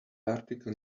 article